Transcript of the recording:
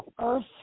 Earth